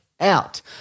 out